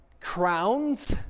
crowns